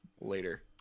later